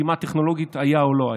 חתימה טכנולוגית, היה או לא היה.